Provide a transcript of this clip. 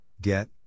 get